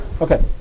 Okay